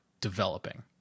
developing